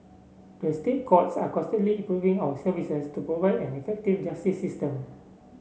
the State Courts are constantly improving our services to provide an effective justice system